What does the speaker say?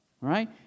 right